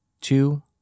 two